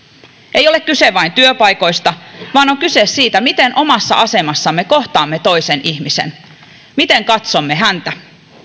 ei ole kyse vain työpaikoista vaan on kyse siitä miten omassa asemassamme kohtaamme toisen ihmisen miten katsomme häntä